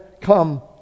come